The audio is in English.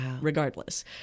regardless